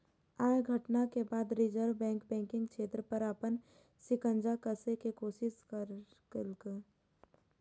अय घटना के बाद रिजर्व बैंक बैंकिंग क्षेत्र पर अपन शिकंजा कसै के कोशिश केलकै